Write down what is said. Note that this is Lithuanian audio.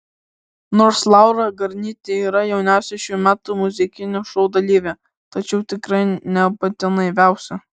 nors laura garnytė yra jauniausia šių metų muzikinio šou dalyvė tačiau tikrai ne pati naiviausia